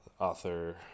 author